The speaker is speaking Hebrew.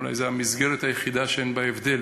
אולי זו המסגרת היחידה שאין בה הבדל